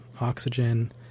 oxygen